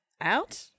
out